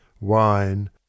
wine